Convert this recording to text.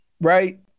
Right